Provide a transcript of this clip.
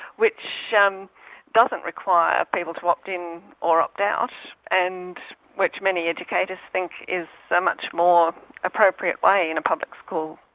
which um doesn't require people to opt in or opt out, and which many educators think is a much more appropriate way in a public school.